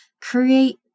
create